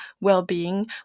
well-being